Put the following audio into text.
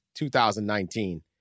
2019